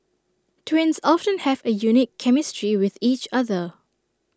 twins often have A unique chemistry with each other